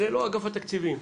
זה לא אגף התקציבים.